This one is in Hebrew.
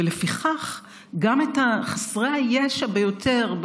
ולפיכך גם את חסרי הישע ביותר,